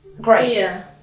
Great